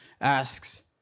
asks